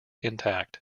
intact